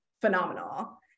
phenomenal